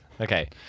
Okay